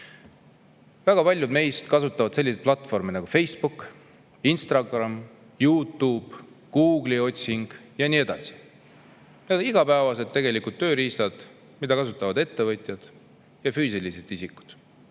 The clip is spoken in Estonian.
Väga paljud meist kasutavad selliseid platvorme nagu Facebook, Instagram, YouTube, Google'i otsing ja nii edasi. Need on tegelikult igapäevased tööriistad, mida kasutavad ka ettevõtjad ja füüsilised isikud.